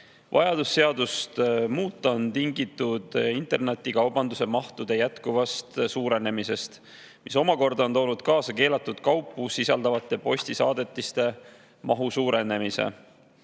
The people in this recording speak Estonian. Vajadus seadust muuta on tingitud internetikaubanduse mahtude jätkuvast suurenemisest, mis omakorda on toonud kaasa keelatud kaupu sisaldavate postisaadetiste mahu suurenemise.